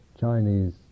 Chinese